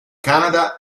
canada